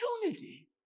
opportunity